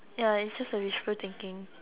ya its just a wishful thinking